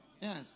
Yes